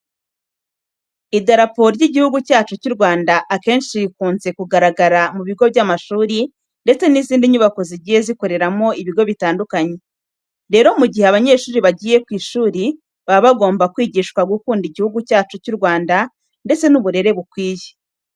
Idarapo ry'Igihugu cyacu cy'u Rwanda, akenshi rikunze kugaragara ku bigo by'amashuri ndetse n'izindi nyubako zigiye zikoreramo ibigo bitandukanye. Rero mu gihe abanyeshuri bagiye ku ishuri baba bagomba kwigishwa gukunda Igihugu cyacu cy'u Rwanda ndetse n'uburere bukwiye.